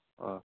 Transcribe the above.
অ'